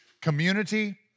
community